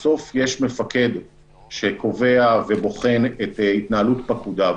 בסוף, יש מפקד שקובע ובוחן את התנהלות פקודיו,